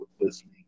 listening